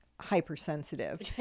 hypersensitive